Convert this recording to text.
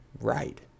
right